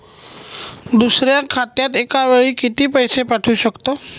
दुसऱ्या खात्यात एका वेळी किती पैसे पाठवू शकतो?